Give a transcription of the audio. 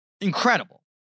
Incredible